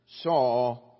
saw